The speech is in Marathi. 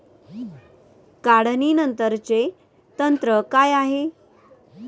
काढणीनंतरचे तंत्र काय आहे?